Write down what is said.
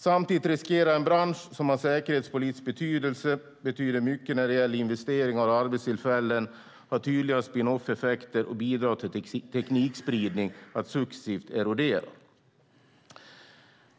Samtidigt riskerar en bransch som har säkerhetspolitisk betydelse, betyder mycket när det gäller investeringar och arbetstillfällen, har tydliga spin-off-effekter och bidrar till teknikspridning att successivt erodera.